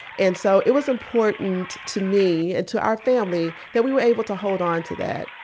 and so it was important to me, and to our family, that we were able to hold onto that.